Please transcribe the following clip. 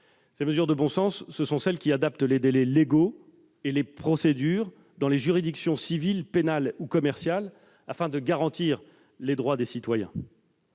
Ces mesures de bon sens visent également à adapter les délais légaux et les procédures dans les juridictions civiles, pénales ou commerciales, afin de garantir les droits des citoyens.